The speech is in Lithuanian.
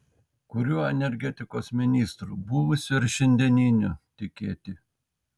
kuriuo energetikos ministru buvusiu ar šiandieniniu tikėti